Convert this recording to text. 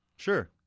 Sure